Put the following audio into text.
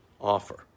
offer